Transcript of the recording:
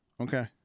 okay